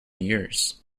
years